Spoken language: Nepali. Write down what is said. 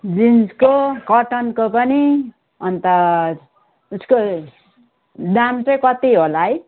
जिन्सको कटनको पनि अन्त ऊ यसको दाम चाहिँ कति होला है